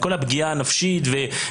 עם כל הפגיעה הנפשית שיש בזה,